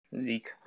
Zeke